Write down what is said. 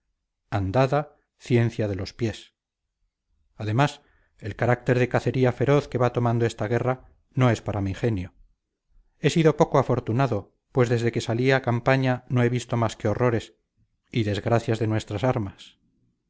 andada ciencia de los pies además el carácter de cacería feroz que va tomando esta guerra no es para mi genio he sido poco afortunado pues desde que salí a campaña no he visto más que horrores y desgracias de nuestras armas